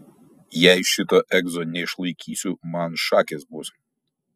jei šito egzo neišlaikysiu man šakės bus